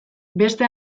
beste